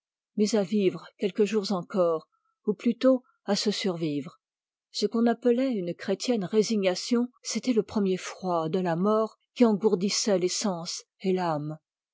mais à vivre quelques jours encore ou plutôt à se survivre ce qu'on appelait une chrétienne résignation c'était le premier froid de la mort engourdissant les